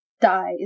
dies